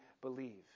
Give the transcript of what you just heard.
believe